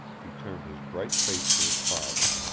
he turned his bright face to his father.